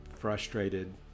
frustrated